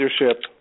leadership